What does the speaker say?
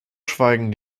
schweigen